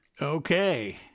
Okay